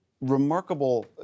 remarkable